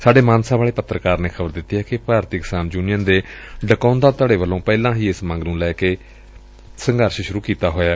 ਸਾਡੇ ਮਾਨਸਾ ਵਾਲੇ ਪੱਤਰਕਾਰ ਨੇ ਖ਼ਬਰ ਦਿੱਤੀ ਏ ਕਿ ਭਾਰਤੀ ਕਿਸਾਨ ਯੁਨੀਅਨ ਦੇ ਡਕੌਂਦਾ ਧੜੇ ਵੱਲੋਂ ਪਹਿਲਾਂ ਹੀ ਇਸ ਮੰਗ ਨੂੰ ਲੈ ਕੇ ਸੰਘਰਸ਼ ਸੂਰੁ ਕੀਤਾ ਹੋਇਐ